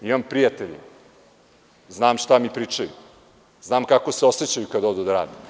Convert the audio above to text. Imam prijatelje, znam šta mi pričaju, znam kako se osećaju kad odu da rade.